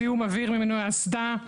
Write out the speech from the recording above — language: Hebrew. זיהום אוויר ממנועי האסדה,